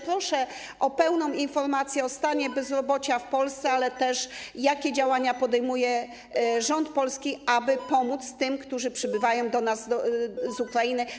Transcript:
Proszę o pełną informację o stanie bezrobocia w Polsce, ale też o tym, jakie działania podejmuje rząd Polski, aby pomóc tym, którzy przybywają do nas z Ukrainy.